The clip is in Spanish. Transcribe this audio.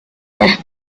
las